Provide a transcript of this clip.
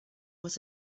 was